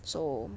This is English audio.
so